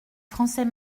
français